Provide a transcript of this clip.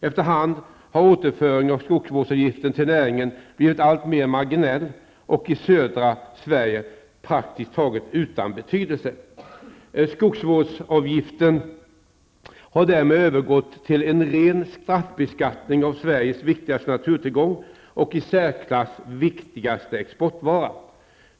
Efter hand har återföringen av skogsvårdsavgiften till näringen blivit alltmer marginell och i södra Sverige utan praktisk effekt. Skogsvårdsavgiften har därmed övergått till en ren straffbeskattning av Sveriges viktigaste naturtillgång och i särklass viktigaste exportvara.